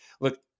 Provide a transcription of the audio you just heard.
look